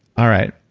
all right,